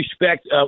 respect